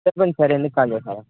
చెప్పండి సార్ ఎందుకు కాల్ చేశారు